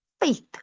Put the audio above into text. faith